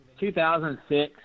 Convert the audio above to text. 2006